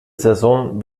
saison